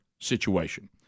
situation